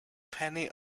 penny